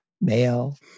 male